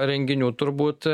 renginių turbūt